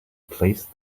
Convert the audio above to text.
placed